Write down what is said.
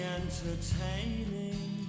entertaining